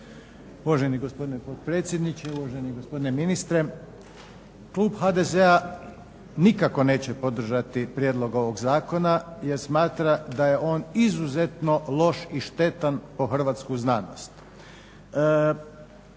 Uvaženi gospodine potpredsjedniče, uvaženi gospodine ministre. Klub HDZ-a nikako neće podržati prijedlog ovo zakona, jer smatra da je on izuzetno loš i štetan po hrvatsku znanost.